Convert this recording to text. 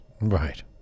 Right